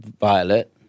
violet